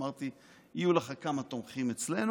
אמרתי לו: יהיו לך כמה תומכים אצלנו.